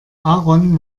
aaron